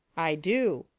i do,